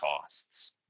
costs